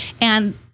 And-